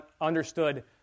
understood